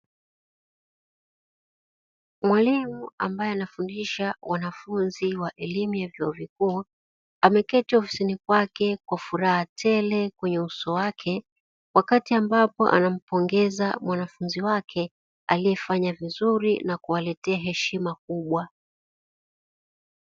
Mwalimu ambaye anafundisha wanafunzi wa elimu ya vyuo vikuu ameketi ofisini kwake kwa furaha tele kwenye uso wake, wakati ambapo anampongeza mwanafunzi wake aliyefanya vizuri na kuwaletea heshima kubwa.